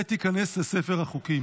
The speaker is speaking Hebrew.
ותיכנס לספר החוקים.